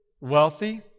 wealthy